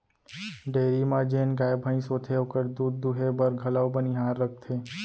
dairy म जेन गाय भईंस होथे ओकर दूद दुहे बर घलौ बनिहार रखथें